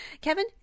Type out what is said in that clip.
kevin